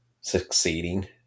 succeeding